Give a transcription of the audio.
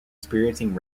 experiencing